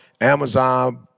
Amazon